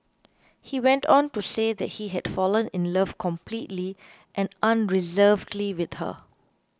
he went on to say that he had fallen in love completely and unreservedly with her